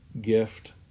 gift